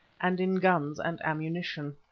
and in guns and ammunition.